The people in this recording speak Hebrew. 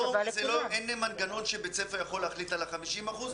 אין מנגנון שבית ספר יכול להחליט על ה-50%,